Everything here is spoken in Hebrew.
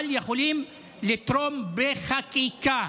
אבל יכולים לתרום בחקיקה.